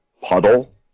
puddle